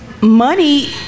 money